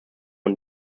und